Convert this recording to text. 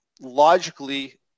logically